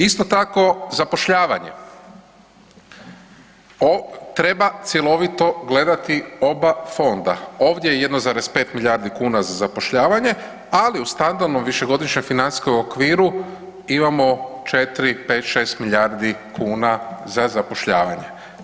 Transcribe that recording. Isto tako zapošljavanje, treba cjelovito gledati oba fonda, ovdje je 1,5 milijardi kuna za zapošljavanje, ali u … višegodišnjem financijskom okviru imamo 4,5,6 milijardi kuna za zapošljavanje.